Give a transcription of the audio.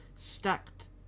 stacked